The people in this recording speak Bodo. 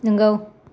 नंगौ